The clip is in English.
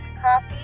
coffee